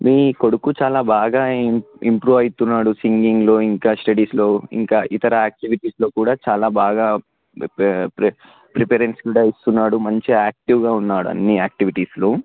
మీ కొడుకు చాలా బాగా ఇంప్రూవ్ అయితున్నాడు సింగింగ్లో కూడా ఇంకా స్టడీస్లో ఇంకా ఇతర యాక్టివిటీస్లో కూడా చాలా బాగా ప్రి ప్రిఫరెన్స్ కూడా ఇస్తున్నాడు మంచిగా ఆక్టివ్గా ఉన్నాడు అన్నీ యాక్టివిటీస్లో